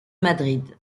madrid